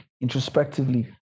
introspectively